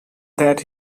that